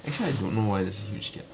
actually I don't know why there's a huge gap